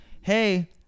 hey